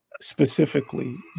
specifically